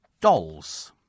dolls